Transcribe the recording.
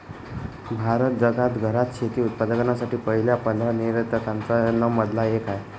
भारत जगात घरात शेती उत्पादकांसाठी पहिल्या पंधरा निर्यातकां न मधला एक आहे